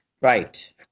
Right